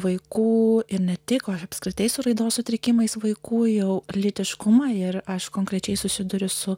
vaikų ir ne tik apskritai su raidos sutrikimais vaikų jau lytiškumą ir aš konkrečiai susiduriu su